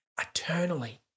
Eternally